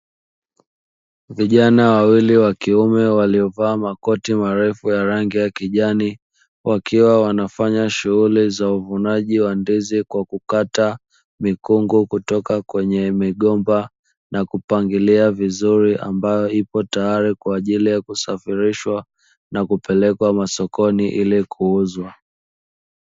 Vijana wawili wa kiume waliovaa makoti marefu ya rangi ya kijani, wakiwa wanafanya shughuli za uvunaji wa ndizi kwa kukata mikungu kutoka kwenye migomba, na kupangilia vizuri ambayo ipo tayari kwa ajili ya kusafirishwa na kupelekwa masokoni ili kuuzwa.